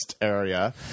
area